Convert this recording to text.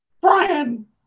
Brian